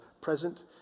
present